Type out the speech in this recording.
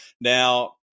now